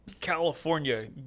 California